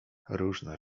różne